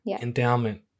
endowment